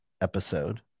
episode